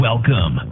Welcome